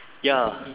ya